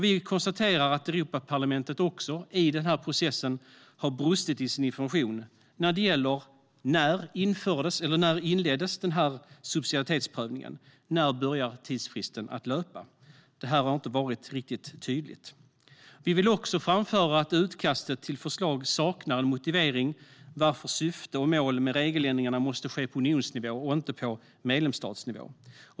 Vi konstaterar att Europaparlamentet i denna process har brustit i sin information i fråga om när denna subsidiaritetsprövning inletts och när tidsfristen börjat löpa. Detta har inte varit riktigt tydligt. Subsidiaritetsprövning av EU-förslag Vi vill också framföra att utkastet till förslag saknar motivering när det gäller varför syfte och mål med regeländringarna måste ske på unionsnivå och inte på medlemsstatsnivå.